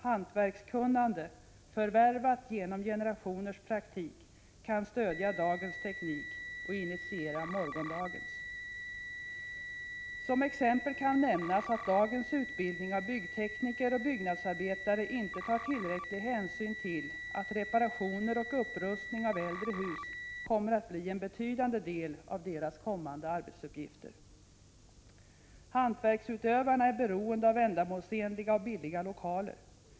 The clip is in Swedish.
Hantverkskunnandet — förvärvat genom generationers praktik — kan stödja dagens teknik och initiera morgondagens. Som exempel kan nämnas att dagens utbildning av byggtekniker och byggnadsarbetare inte tar tillräcklig hänsyn till att reparationer och upprustning av äldre hus kommer att bli en betydande del av deras kommande arbetsuppgifter. Hantverksutövarna är beroende av ändamålsenliga och billiga lokaler.